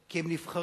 כי הם נבחרים